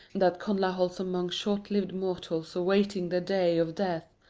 that connla holds among shortlived mortals awaiting the day of death.